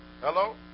Hello